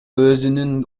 өзүнүн